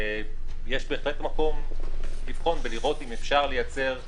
יש בהחלט מקום לבחון ולראות אם אפשר לייצר הסדרים,